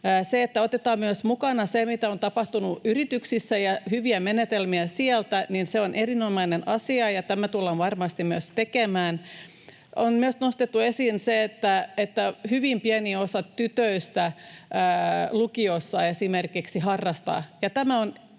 Se, että otetaan mukaan myös se, mitä on tapahtunut yrityksissä, ja hyviä menetelmiä sieltä, on erinomainen asia. Tämä tullaan varmasti myös tekemään. On nostettu esiin myös se, että hyvin pieni osa tytöistä esimerkiksi lukiossa harrastaa.